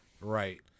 Right